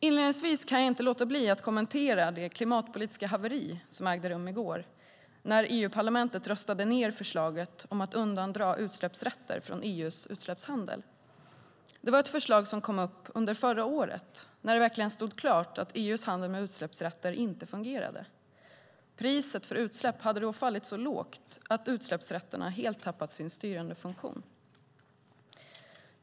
Inledningsvis kan jag inte låta bli att kommentera det klimatpolitiska haveri som ägde rum i går, när EU-parlamentet röstade ned förslaget om att undandra utsläppsrätter från EU:s utsläppshandel. Det var ett förslag som kom upp under förra året, när det verkligen stod klart att EU:s handel med utsläppsrätter inte fungerade. Priset för utsläpp hade då fallit så lågt att utsläppsrätterna helt hade tappade sin styrande funktion.